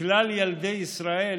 לכלל ילדי ישראל,